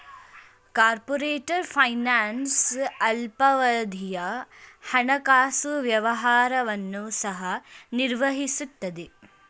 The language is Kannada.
ಕಾರ್ಪೊರೇಟರ್ ಫೈನಾನ್ಸ್ ಅಲ್ಪಾವಧಿಯ ಹಣಕಾಸು ವ್ಯವಹಾರವನ್ನು ಸಹ ನಿರ್ವಹಿಸುತ್ತದೆ